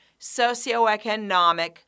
socioeconomic